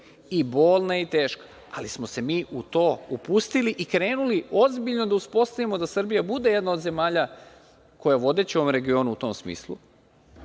i bolna i teška, ali smo se mi u tom upustili i krenuli ozbiljno da uspostavimo da Srbija bude jedna od zemalja koja je vodeća u ovom regionu u tom smislu.